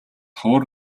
ховор